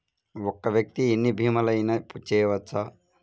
ఒక్క వ్యక్తి ఎన్ని భీమలయినా చేయవచ్చా?